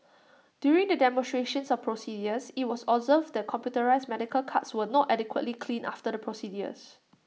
during the demonstrations of procedures IT was observed that the computerised medical carts were not adequately cleaned after the procedures